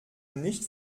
nicht